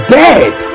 dead